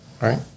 right